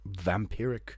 vampiric